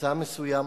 מצע מסוים,